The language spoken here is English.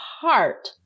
heart